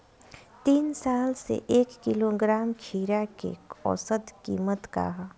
तीन साल से एक किलोग्राम खीरा के औसत किमत का ह?